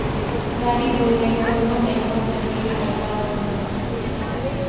গাড়ি পৌরাই তন্ন ব্যাংকত থাকি যে টাকা লোন নেই